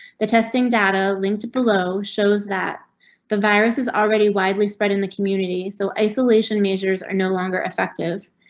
the testing data linked below shows that the virus is already widely spread in the community, so isolation measures are no longer effective.